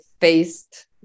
faced